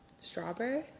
Strawberry